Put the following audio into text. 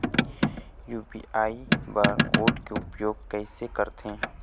UPI bar code के उपयोग कैसे करथें?